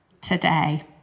today